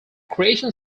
creation